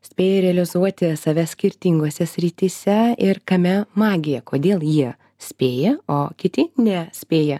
spėja realizuoti save skirtingose srityse ir kame magija kodėl jie spėja o kiti nespėja